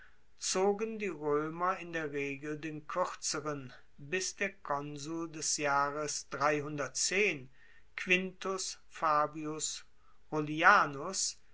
zogen die roemer in der regel den kuerzeren bis der konsul des jahres quintus fabius rullianus